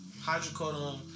hydrocodone